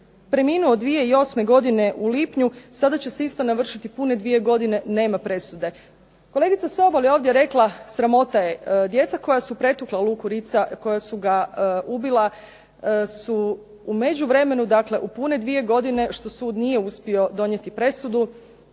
preminuo 2008. godine u lipnju sada će se isto navršiti pune dvije godine, nema presude. Kolegica Sobol je ovdje rekla sramota je, djeca koja su pretukla Luku Ritza, koja su ga ubila su u međuvremenu dakle u pune dvije godine što sud nije uspio donijeti presudu,